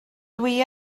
dwi